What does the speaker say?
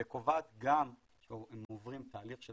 והיא קובעת שהם עוברים תהליך של